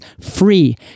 free